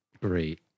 Great